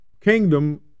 kingdom